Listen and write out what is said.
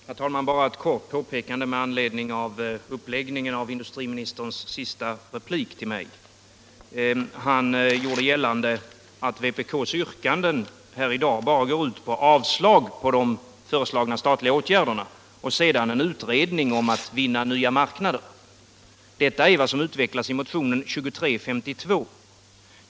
Herr talman! Bara ett kort påpekande med anledning av uppläggningen av industriministerns senaste replik till mig. Han gjorde gällande att vpk:s yrkanden här i dag bara går ut på avslag på de föreslagna statliga åtgärderna och sedan en utredning om hur man skall kunna vinna nya marknader. Detta är vad som utvecklas i motionen 2352.